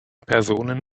personen